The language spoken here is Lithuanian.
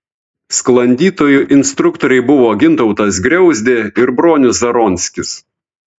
sklandytojų instruktoriai buvo gintautas griauzdė ir bronius zaronskis